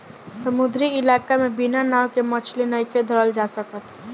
समुंद्री इलाका में बिना नाव के मछली नइखे धरल जा सकत